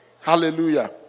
Hallelujah